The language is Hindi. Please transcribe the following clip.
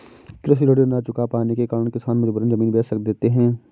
कृषि ऋण न चुका पाने के कारण किसान मजबूरन जमीन बेच देते हैं